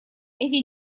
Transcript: эти